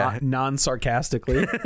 non-sarcastically